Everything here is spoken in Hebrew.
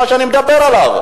את מה שאני מדבר עליו.